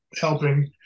helping